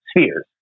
spheres